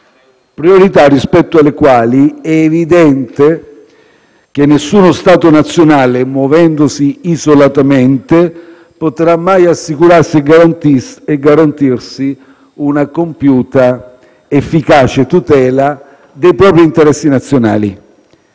menzionate, rispetto alle quali è evidente che nessuno Stato nazionale, muovendosi isolatamente, potrà mai assicurare e garantire una compiuta ed efficace tutela dei propri interessi nazionali.